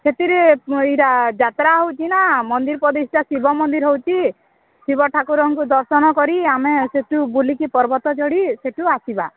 ସେଥିରେ ଏଇଡ଼ା ଯାତ୍ରା ହେଉଛି ନା ମନ୍ଦିର ପ୍ରତିଷ୍ଠା ଶିବମନ୍ଦିର ହେଉଛି ଶିବ ଠାକୁରଙ୍କୁ ଦର୍ଶନ କରି ଆମେ ସେଠୁ ବୁଲିକି ପର୍ବତ ଯୋଡ଼ି ସେଠୁ ଆସିବା